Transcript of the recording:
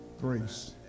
grace